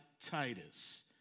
Titus